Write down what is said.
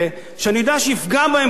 שאני יודע שיפגע בהם פוליטית.